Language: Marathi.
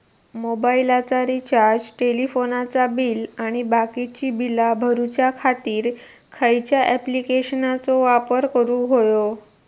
मोबाईलाचा रिचार्ज टेलिफोनाचा बिल आणि बाकीची बिला भरूच्या खातीर खयच्या ॲप्लिकेशनाचो वापर करूक होयो?